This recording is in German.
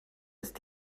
ist